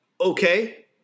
okay